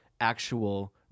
actual